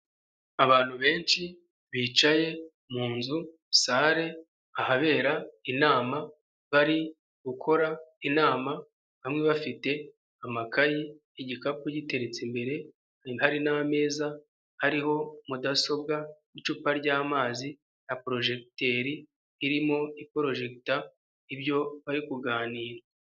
Abantu benshi bicaye mun nzu sale ahabera inama, bari gukora inama bamwe bafite amakayi igikapu giteretse imbere, hari n'ameza hariho mudasobwa icupa ryamazi na porojegiteri irimo iporojegita ibyo bari kuganira.